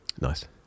Nice